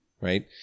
right